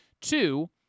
Two